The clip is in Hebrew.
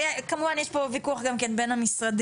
וכמובן יש פה ויכוח גם כן בין המשרדים.